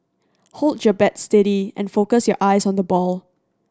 hold your bat steady and focus your eyes on the ball